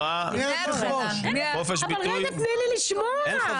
אבל רגע, תני לי לשמוע.